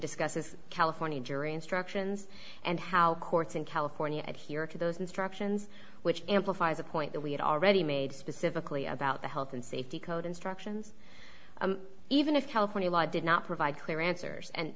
discusses california jury instructions and how courts in california and here to those instructions which amplifies a point that we had already made specifically about the health and safety code instructions even if california law did not provide clear answers and